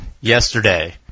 yesterday